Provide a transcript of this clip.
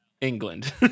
England